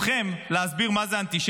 ברשותכם, אני רוצה להסביר מה זאת אנטישמיות.